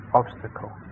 obstacle